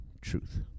truth